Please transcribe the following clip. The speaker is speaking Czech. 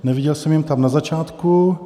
Neviděl jsem je tam na začátku.